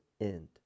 end